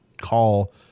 call